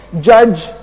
judge